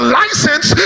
license